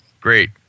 Great